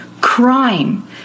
Crime